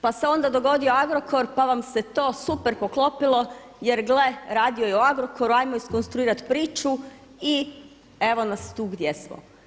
Pa se onda dogodio Agrokor pa vam se to super poklopilo jer gle, radio je u Agrokoru ajmo iskonstruirati priču i evo nas tu gdje smo.